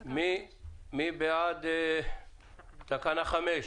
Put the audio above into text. תקנה 5. מי בעד תקנה 5?